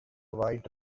wide